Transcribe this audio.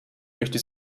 möchte